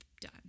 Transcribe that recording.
done